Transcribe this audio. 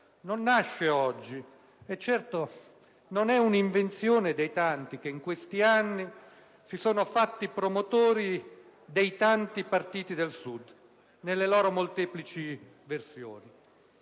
non nasce oggi e non è certo un'invenzione di coloro che in questi anni si sono fatti promotori dei tanti "partiti del Sud" nelle loro molteplici versioni.